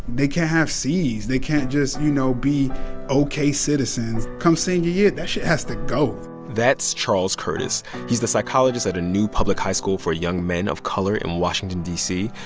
they can't have c's. they can't just, you know, be ok citizens. come senior year, that shit has to go that's charles curtis. he's the psychologist at a new public high school for young men of color in washington, d c.